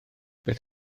beth